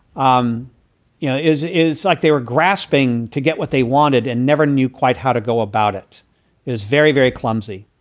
um yeah it is like they were grasping to get what they wanted and never knew quite how to go about. it is very, very clumsy